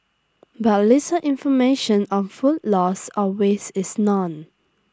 but little information on food loss or waste is known